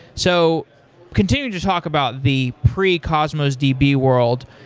so continue to talk about the pre-cosmos db world.